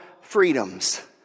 freedoms